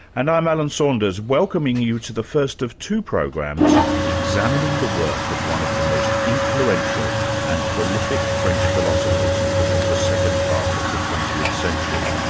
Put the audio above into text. and i'm alan saunders, welcoming you to the first of two programs examining the work of one of the most influential and prolific french philosophers of the second half of the twentieth century.